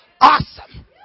awesome